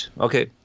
Okay